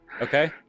Okay